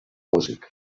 músic